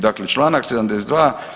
Dakle, čl. 72.